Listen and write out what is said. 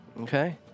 Okay